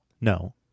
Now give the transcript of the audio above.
No